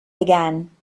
began